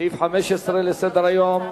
סעיף 15 בסדר-היום: